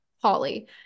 Holly